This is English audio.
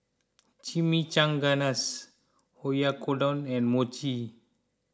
Chimichangas Oyakodon and Mochi